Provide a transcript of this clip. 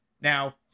Now